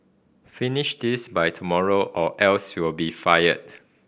finish this by tomorrow or else you'll be fired